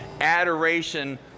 adoration